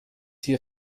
hier